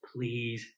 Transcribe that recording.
please